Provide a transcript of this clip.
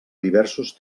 diversos